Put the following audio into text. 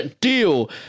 Deal